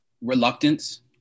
reluctance